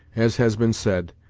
as has been said,